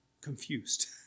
confused